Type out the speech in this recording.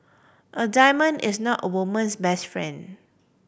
a diamond is not a woman's best friend